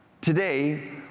Today